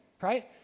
right